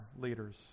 leaders